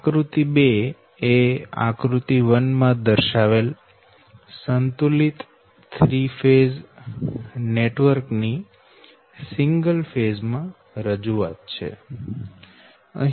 આકૃતિ 2 એ આકૃતિ 1 માં દર્શાવેલ સંતુલિત 3 ફેઝ નેટવર્ક ની સિંગલ ફેઝ માં રજૂઆત છે